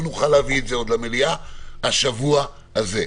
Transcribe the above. ונוכל להביא את זה למליאה עוד השבוע הזה.